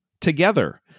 together